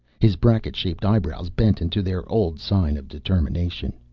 his bracket-shaped eyebrows bent into their old sign of determination.